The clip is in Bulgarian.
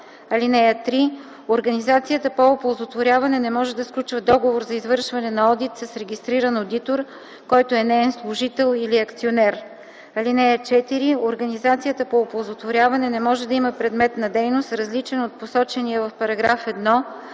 (3) Организацията по оползотворяване не може да сключва договор за извършване на одит с регистриран одитор, който е неин служител или акционер. (4) Организацията по оползотворяване не може да има предмет на дейност, различен от посочения в § 1,